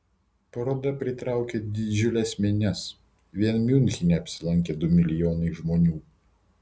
paroda pritraukė didžiules minias vien miunchene apsilankė du milijonai žmonių